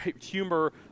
humor